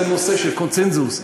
זה נושא של קונסנזוס,